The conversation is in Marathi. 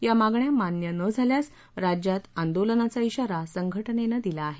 या मागण्या मान्य न झाल्यास राज्यात आंदोलनाचा इशारा संघटनेनं दिला आहे